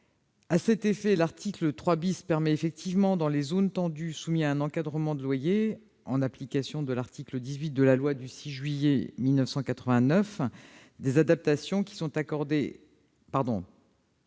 À cet effet, l'article 3 permet effectivement, dans les zones tendues soumises à un encadrement des loyers, en application de l'article 18 de la loi du 6 juillet 1989, que les adaptations qui sont accordées dans